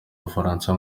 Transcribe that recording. bufaransa